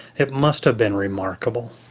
it must have been remarkable.